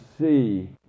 see